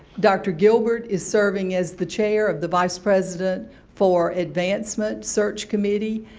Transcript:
dr. gilbert is serving as the chair of the vice president for advancement search committee.